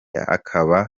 akaba